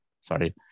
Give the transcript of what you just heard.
sorry